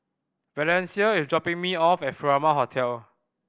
Valencia is dropping me off at Furama Hotel